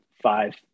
five